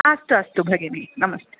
अस्तु अस्तु भगिनी नमस्ते